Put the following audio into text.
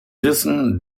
wissen